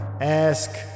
Ask